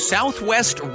Southwest